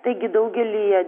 taigi daugelyje